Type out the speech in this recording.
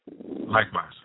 Likewise